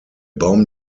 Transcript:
baum